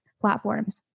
platforms